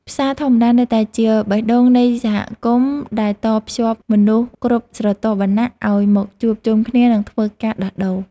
ផ្សារធម្មតានៅតែជាបេះដូងនៃសហគមន៍ដែលតភ្ជាប់មនុស្សគ្រប់ស្រទាប់វណ្ណៈឱ្យមកជួបជុំគ្នានិងធ្វើការដោះដូរ។